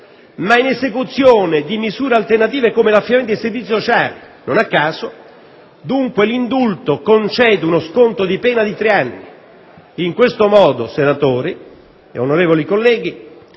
ma in esecuzione di misure alternative come l'affidamento ai servizi sociali. Non a caso, dunque, l'indulto concede uno sconto di pena di tre anni: in questo modo, onorevoli colleghi,